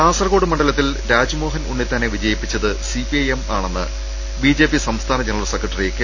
കാസർകോട് മണ്ഡലത്തിൽ രാജ്മോഹൻ ഉണ്ണിത്താനെ വിജയി പ്പിച്ചത് സിപിഐഎം ആണെന്ന് ബിജെപ്പി ്സംസ്ഥാന ജനറൽ സെക്ര ട്ടറി കെ